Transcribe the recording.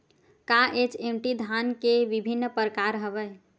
का एच.एम.टी धान के विभिन्र प्रकार हवय?